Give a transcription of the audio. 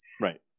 Right